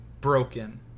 broken